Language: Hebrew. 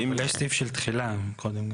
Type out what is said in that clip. יש סעיף של תחילה מקודם.